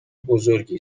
بزرگی